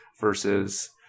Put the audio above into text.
versus